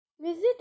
visit